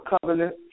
covenant